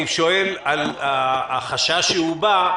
אני שואל על החשש שהובע,